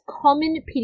common